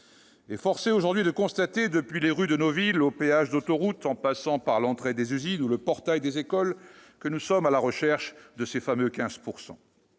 Force est aujourd'hui de constater, depuis les rues de nos villes jusqu'aux péages d'autoroute en passant par l'entrée des usines ou le portail des écoles, que nous sommes à la recherche de ces fameux 15 %.